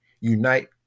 unite